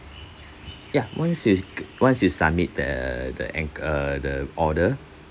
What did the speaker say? ya once you once you submit the the an~ err the order